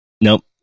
nope